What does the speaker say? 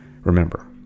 Remember